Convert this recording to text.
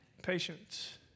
patience